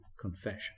confession